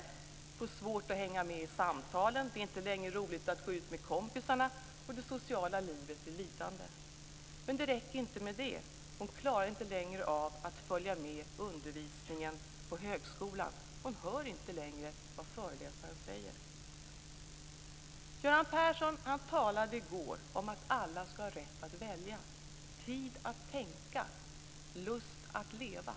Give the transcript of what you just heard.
Hon får svårt att hänga med i samtal. Det är inte längre roligt att gå ut med kompisarna. Det sociala livet blir lidande. Men det räcker inte med det. Hon klarar inte längre av att följa med undervisningen på högskolan - hon hör inte längre vad föreläsaren säger. Göran Persson talade i går om att alla ska ha rätt att välja, tid att tänka och lust att leva.